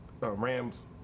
Rams